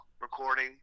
recording